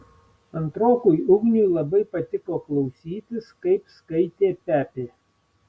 antrokui ugniui labai patiko klausytis kaip skaitė pepė